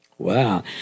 Wow